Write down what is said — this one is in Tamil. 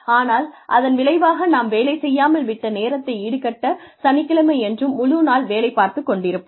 ஆனால் அதன் விளைவாக நாம் வேலை செய்யாமல் விட்ட நேரத்தை ஈடுகட்ட சனிக்கிழமையன்றும் முழு நாள் வேலை பார்த்து கொண்டிருப்போம்